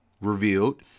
revealed